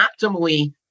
optimally